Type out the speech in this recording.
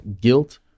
guilt